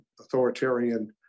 authoritarian